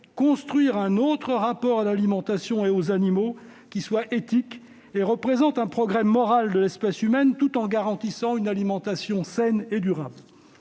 construire un autre rapport à l'alimentation et aux animaux, qui soit éthique et représente un progrès moral de l'espèce humaine, tout en garantissant une alimentation saine et durable